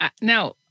Now